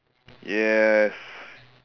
yes